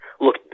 Look